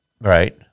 Right